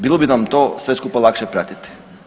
Bilo bi nam to sve skupa lakše pratiti.